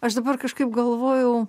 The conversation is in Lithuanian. aš dabar kažkaip galvojau